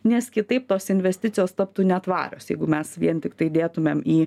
nes kitaip tos investicijos taptų netvarios jeigu mes vien tiktai dėtumėm į